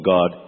God